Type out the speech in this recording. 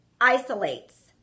isolates